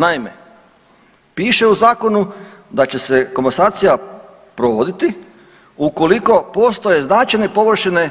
Naime, piše u zakonu da će se komasacija provoditi ukoliko postoje značajne površine